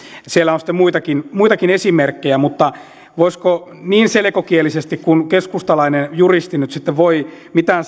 siellä on sitten muitakin muitakin esimerkkejä mutta voisiko sanoa niin selkokielisesti kuin keskustalainen juristi nyt voi mitään